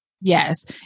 Yes